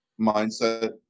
mindset